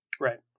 Right